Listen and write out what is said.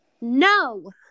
No